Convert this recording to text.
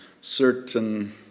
certain